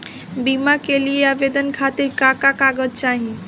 बीमा के लिए आवेदन खातिर का का कागज चाहि?